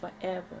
forever